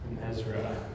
Ezra